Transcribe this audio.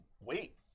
wait